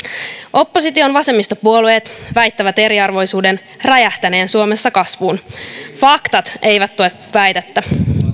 opposition vasemmistopuolueet väittävät eriarvoisuuden räjähtäneen suomessa kasvuun faktat eivät tue väitettä